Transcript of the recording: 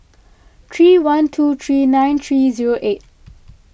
three one two three nine three zero eight